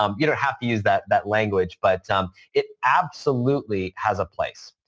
um you don't have to use that that language but it absolutely has a place.